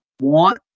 want